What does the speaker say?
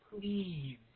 please